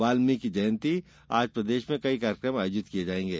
वाल्मीकी जयंती आज प्रदेश में कई कार्यक्रम आयोजित किये जायेंगे